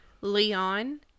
Leon